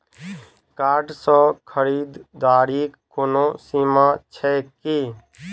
Card सँ खरीददारीक कोनो सीमा छैक की?